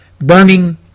burning